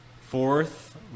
Fourth